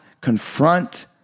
confront